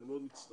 אני מאוד מצטער.